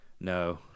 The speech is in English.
No